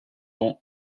dont